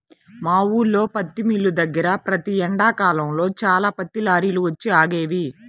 మా ఊల్లో పత్తి మిల్లు దగ్గర ప్రతి ఎండాకాలంలో చాలా పత్తి లారీలు వచ్చి ఆగేవి